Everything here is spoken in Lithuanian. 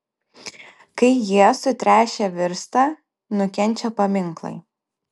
kai jie sutręšę virsta nukenčia paminklai